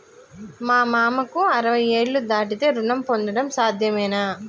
మా మామకు అరవై ఏళ్లు దాటితే రుణం పొందడం సాధ్యమేనా?